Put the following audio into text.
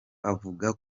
avuga